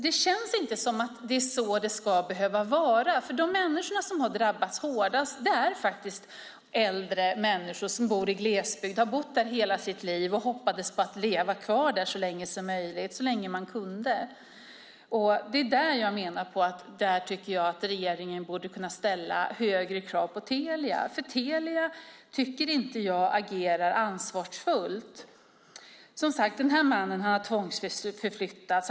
Det känns inte som att det är så det ska behöva vara, för de människor som har drabbats hårdast är faktiskt äldre människor som bor i glesbygd, som har bott där i hela sitt liv och hoppats på att leva kvar där så länge som möjligt, så länge de kan. Där borde regeringen kunna ställa högre krav på Telia. Jag tycker inte att Telia agerar ansvarsfullt. Den här mannen har tvångsförflyttats.